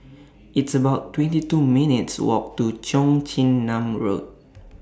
It's about twenty two minutes' Walk to Cheong Chin Nam Road